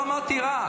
לא, לא אמרתי רע.